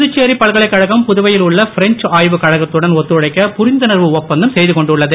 புதுச்சேரி பல்கலைக்கழகம் புதுவையில் உள்ள பிரெஞ்ச் ஆய்வுக் கழகத்துடன் ஒத்துழைக்க புரிந்துணர்வு ஒப்பந்தம் செய்து கொண்டுள்ளது